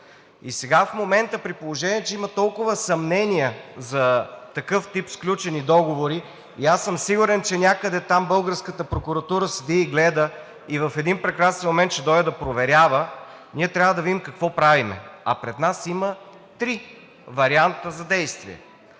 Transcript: Сега в момента, при положение че има толкова съмнения за такъв тип сключени договори и аз съм сигурен, че някъде там българската прокуратура седи и гледа и в един прекрасен момент ще дойде да проверява, ние трябва да видим какво правим. Пред нас има три варианта за действие.